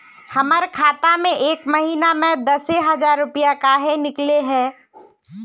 हमर खाता में एक महीना में दसे हजार रुपया काहे निकले है?